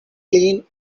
clean